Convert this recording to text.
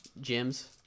gems